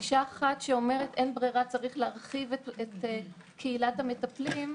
גישה אחת אומרת שאין ברירה וצריך להרחיב את קהילת המטפלים,